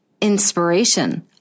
inspiration